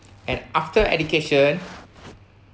and after education